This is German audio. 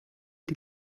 die